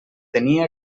tenia